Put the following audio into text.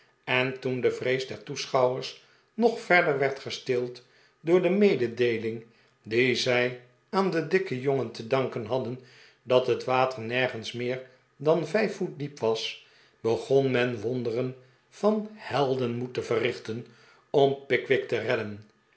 en toen de vrees der toeschouwers nog verder werd gestild door de mededeeling die zij aan den dikken jongen te danken hadden dat het water nergens meer dan vijf voet diep was begon men wonderen van heldenmoed te verrichten om pickwick te redden